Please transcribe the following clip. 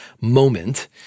moment